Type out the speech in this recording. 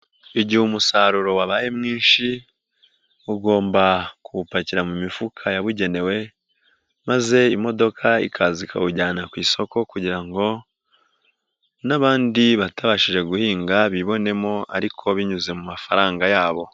Igihe umusaruro wabaye mwinshi ugomba kuwupakira mu mifuka yabugenewe maze imodoka ikaza ikawujyana ku isoko, kugira ngo n'abandi batabashije guhinga bibonemo ariko binyuze mu mafaranga yabo.